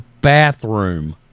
bathroom